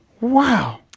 Wow